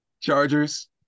Chargers